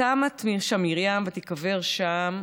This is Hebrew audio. "ותמת שם מרים ותקבר שם",